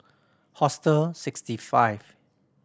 Hostel Sixty Five